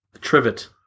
Trivet